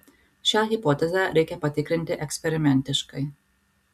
šią hipotezę reikia patikrinti eksperimentiškai